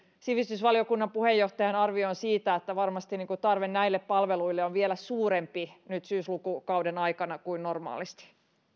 sivistysvaliokunnan puheenjohtajan arvioon siitä että varmasti tarve näille palveluille on vielä suurempi nyt syyslukukauden aikana kuin normaalisti